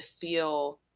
feel